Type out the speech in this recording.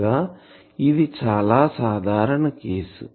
అనగా ఇది చాలా సాధారణ కేసు